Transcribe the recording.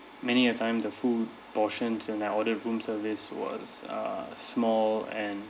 many a time the food portions when I order room service was uh small and